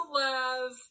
love